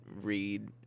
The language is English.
read